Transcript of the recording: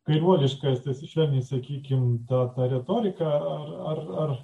kairuoliškasis švelniai sakykim ta retorika ar ar